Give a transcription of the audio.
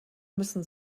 müssen